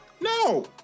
no